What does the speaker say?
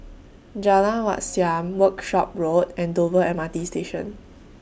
Jalan Wat Siam Workshop Road and Dover M R T Station